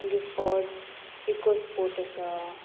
मागीर Ford EcoSport आसा